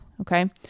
Okay